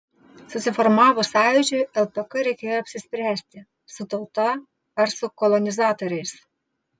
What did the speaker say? susiformavus sąjūdžiui lpk reikėjo apsispręsti su tauta ar su kolonizatoriais